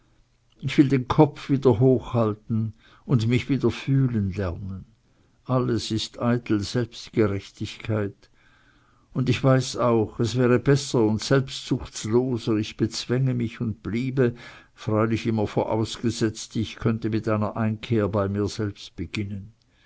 ich will den kopf wieder hochhalten und mich wieder fühlen lernen alles ist eitel selbstgerechtigkeit und ich weiß auch es wäre besser und selbstsuchtsloser ich bezwänge mich und bliebe freilich immer vorausgesetzt ich könnte mit einer einkehr bei mir selbst beginnen